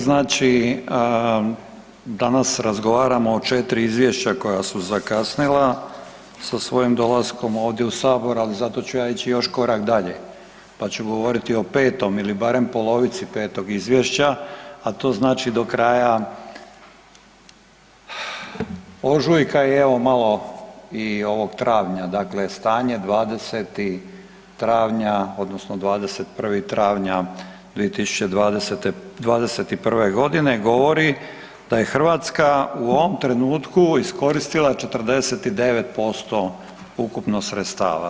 Znači, danas razgovaramo o 4 izvješća koja su zakasnila sa svojim dolaskom ovdje u Sabor, ali zato ću ja ići još korak dalje pa ću govoriti o petom ili barem polovici 5. izvješća a to znači do kraja ožujka i evo malo i ovog travnja, dakle stanje 20. travnja odnosno 21. travnja 2021. godine, govori da je Hrvatska u ovom trenutku iskoristila 49% ukupno sredstva.